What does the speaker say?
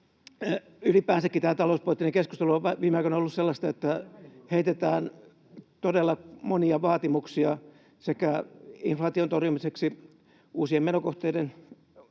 ylipäänsäkin talouspoliittinen keskustelu on viime aikoina ollut sellaista, että heitetään todella monia vaatimuksia sekä inflaation torjumiseksi uusien menokohteiden